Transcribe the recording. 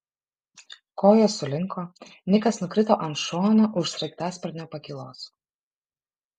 kojos sulinko nikas nukrito ant šono už sraigtasparnio pakylos